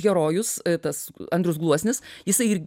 herojus tas andrius gluosnis jisai ir